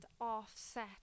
offset